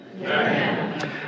Amen